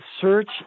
search